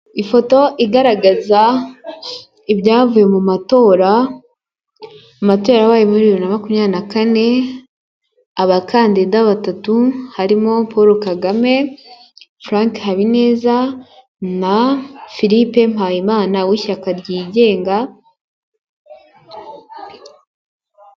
Ifoto igaragaza ibyavuye mu matora, amatora yabaye muri bibiri na makumyabiri na kane, abakandida batatu harimo Paul kaGAME, Frank HABINEZA na Philippe MPAYIMANA w'ishyaka ryigenga...